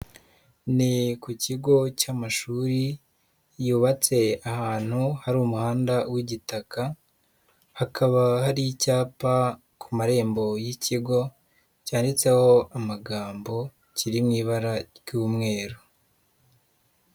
Ni ku kigo cy'amashuri yubatse ahantu hari umuhanda w'igitaka, hakaba hari icyapa ku marembo y'ikigo ,cyanditseho amagambo kiri mu ibara ry'umweru.